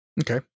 Okay